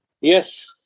Yes